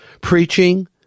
preaching